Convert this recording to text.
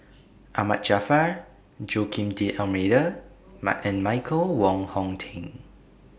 Ahmad Jaafar Joaquim D'almeida and Michael Wong Hong Teng